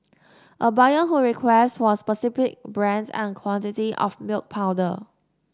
a buyer would request for a specific brand and quantity of milk powder